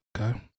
Okay